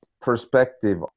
perspective